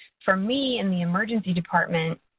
for me, in the emergency department,